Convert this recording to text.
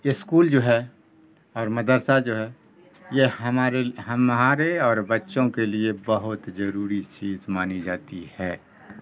school جو ہے اور مدرسہ جو ہے یہ ہمارے ہمارے اور بچوں کے لیے بہت ضروری چیز مانی جاتی ہے